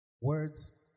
Words